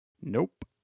Nope